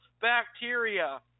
bacteria